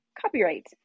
copyright